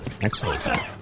Excellent